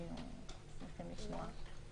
היינו שמחים לשמוע.